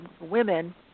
women